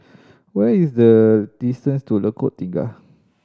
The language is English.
what is the distance to Lengkok Tiga